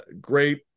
great